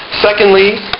secondly